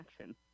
action